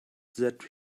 that